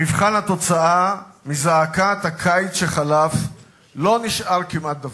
במבחן התוצאה, מזעקת הקיץ שחלף לא נשאר כמעט דבר.